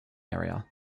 area